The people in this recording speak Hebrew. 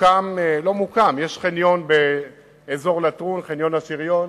יש חניון באזור לטרון, חניון השריון,